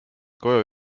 koju